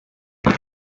with